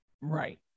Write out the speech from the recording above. Right